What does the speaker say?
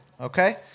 okay